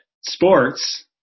sports